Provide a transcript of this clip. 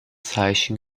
zeichen